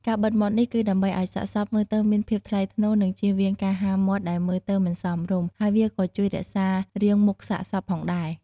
ការបិទមាត់នេះគឺដើម្បីឱ្យសាកសពមើលទៅមានភាពថ្លៃថ្នូរ និងជៀសវាងការហាមាត់ដែលមើលទៅមិនសមរម្យ ហើយវាក៏ជួយរក្សារាងមុខសាកសពផងដែរ។